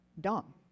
dumb